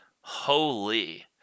Holy